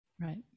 Right